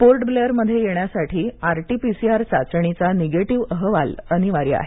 port Blair मध्ये येण्यासाठी R T P C R चाचणी चा निगेटीव अहवाल अनिवार्य आहे